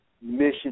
mission